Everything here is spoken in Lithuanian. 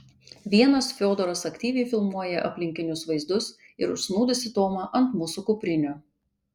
vienas fiodoras aktyviai filmuoja aplinkinius vaizdus ir užsnūdusį tomą ant mūsų kuprinių